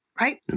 right